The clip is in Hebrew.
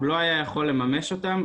הוא לא היה יכול לממש אותם,